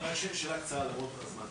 שאלה קצרה למרות הזמן,